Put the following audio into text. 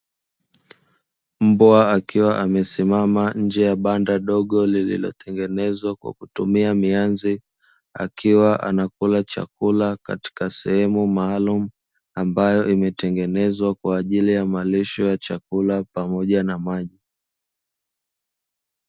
Mbwa akiwa amesimama nje ya banda dogo lililotengenezwa kwa kutumia mianzi, akiwa anakula chakula katika sehemu maalumu ambayo imetengenezwa kwa ajili ya malisho ya chakula pamoja na maji.